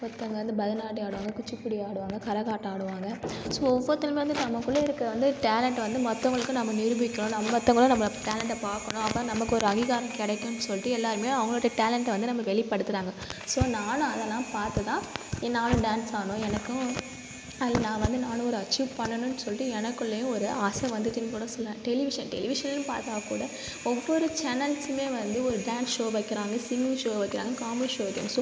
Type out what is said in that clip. ஒருத்தங்கள் வந்து பரதநாட்டியம் ஆடுவாங்கள் குச்சிப்புடி ஆடுவாங்கள் கரகாட்டம் ஆடுவாங்கள் ஸோ ஒவ்வொருத்தருமே வந்து நமக்குள்ள இருக்கிறத வந்து டேலண்ட்ட வந்து மத்தவங்களுக்கும் நம்ம நிரூபிக்கணும் நம் மற்றவங்களும் நம்ம டேலண்ட்டை பார்க்கணும் அப்போ தான் நமக்கு ஒரு அங்கீகாரம் கிடைக்குன்னு சொல்லிட்டு எல்லாருமே அவங்களோட டேலண்ட்ட வந்து நமக்கு வெளிப்படுத்துகிறாங்க ஸோ நானும் அதெல்லாம் பார்த்து தான் ஏ நானும் டான்ஸ் ஆடணும் எனக்கும் அதில் நான் வந்து நானும் ஒரு அச்சீவ் பண்ணணுன்னு சொல்லிட்டு எனக்குள்ளையும் ஒரு ஆசை வந்துச்சின்னு கூட சொல்லுவேன் டெலிவிஷன் டெலிவிஷன்னு பார்த்தா கூட ஒவ்வொரு சேனல்ஸுமே வந்து ஒரு டான்ஸ் ஷோ வைக்கிறாங்க சிங்கிங் ஷோ வைக்கிறாங்க காமெடி ஷோ வைக்கிறாங்க ஸோ